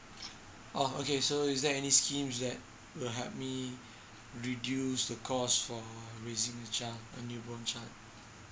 oh okay so is there any schemes that will help me reduce the cost for raising a child a new born child